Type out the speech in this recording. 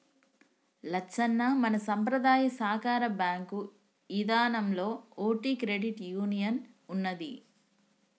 లచ్చన్న మన సంపద్రాయ సాకార బాంకు ఇదానంలో ఓటి క్రెడిట్ యూనియన్ ఉన్నదీ